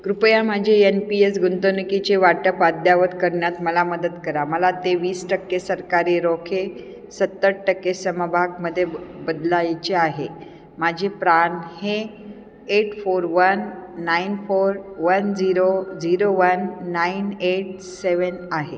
कृपया माझे N P S गुंतवणुकीचे वाटप अद्ययावत करण्यात मला मदत करा मला ते वीस टक्के सरकारी रोखे सत्तर टक्के समभागमध्ये ब बदलायचे आहे माझे प्रान हे eight four one nine four one zero zero one nine eight seven आहे